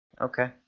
okay